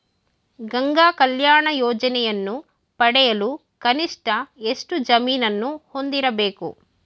ಗಂಗಾ ಕಲ್ಯಾಣ ಯೋಜನೆಯನ್ನು ಪಡೆಯಲು ಕನಿಷ್ಠ ಎಷ್ಟು ಜಮೀನನ್ನು ಹೊಂದಿರಬೇಕು?